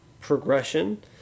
progression